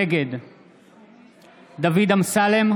נגד דוד אמסלם,